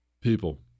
People